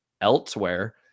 elsewhere